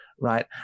right